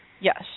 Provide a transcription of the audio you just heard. Yes